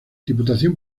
diputación